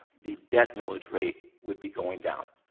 the debt millage rate would be going down.